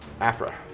Afra